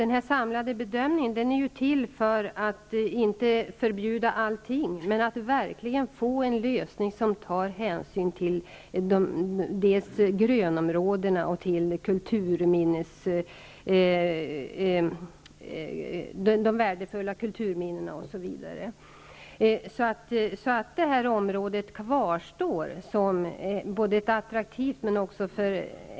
Denna samlade bedömning sker inte för att vi skall förbjuda allting men för att vi skall få en lösning som verkligen tar hänsyn till grönområ dena, de värdefulla kulturminnena, osv. så att detta område fortsätter att vara attraktivt.